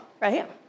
right